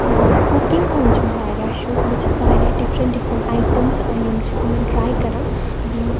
ٲں کُکِنٛگ ہُنٛد چھُ مےٚ واریاہ شوق بہٕ چھَس واریاہ ڈِفریٚنٛٹ ڈِفریٚنٛٹ آیٹَمٕز یِم چھِ تِمَن ٹرٛاے کَران بیٚیہِ